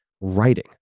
writing